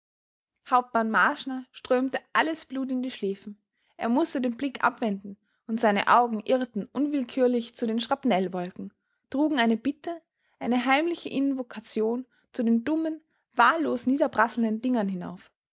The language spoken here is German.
hauptmann marschner strömte alles blut in die schläfen er mußte den blick abwenden und seine augen irrten unwillkürlich zu den schrapnellwolken trugen eine bitte eine heimliche invokation zu den dummen wahllos niederprasselnden dingern hinauf